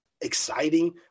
exciting